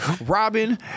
Robin